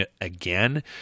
again